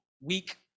Weak